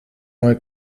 neue